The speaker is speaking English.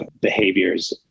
behaviors